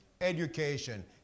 Education